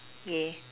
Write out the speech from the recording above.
ya